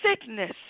sickness